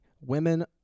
women